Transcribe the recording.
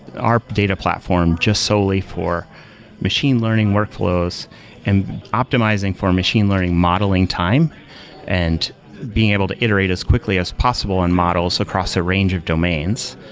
our data platform, just solely for machine learning workflows and optimizing for machine learning modeling time and being able to iterate as quickly as possible in models across a range of domains.